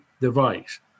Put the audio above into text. device